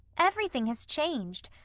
everything has changed.